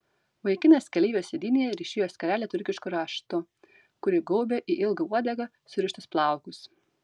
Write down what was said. vaikinas keleivio sėdynėje ryšėjo skarelę turkišku raštu kuri gaubė į ilgą uodegą surištus plaukus